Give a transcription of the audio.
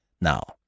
Now